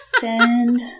send